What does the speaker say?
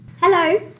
Hello